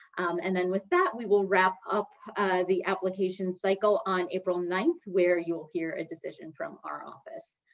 and then with that, we will wrap up the application cycle on april ninth, where you'll hear a decision from our office.